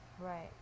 Right